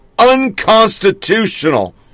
unconstitutional